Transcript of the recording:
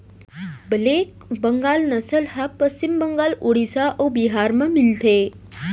black Bengal नसल ह पस्चिम बंगाल, उड़ीसा अउ बिहार म मिलथे